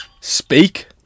Speak